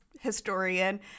historian